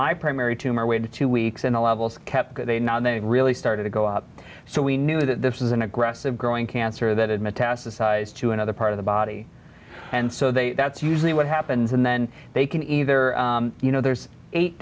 my primary tumor waited two weeks in the levels kept they now and then it really started to go up so we knew that this is an aggressive growing cancer that had metastasized to another part of the body and so they that's usually what happens and then they can either you know there's eight